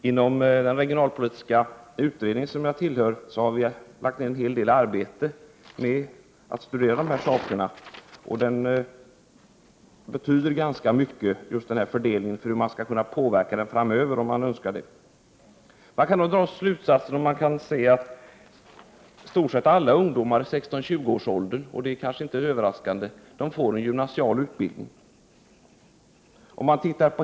Inom regionalpolitiska utredningen, som jag tillhör, har vi lagt ner en hel del arbete på att studera de sakerna, och vi har funnit att just den fördelningen betyder ganska mycket och att det är viktigt att kunna påverka den om man önskar åstadkomma förbättringar i fråga om regionalpolitiken. I stort sett alla ungdomar i åldern 16-20 år får i dag en gymnasial utbildning, vilket kanske inte är förvånande.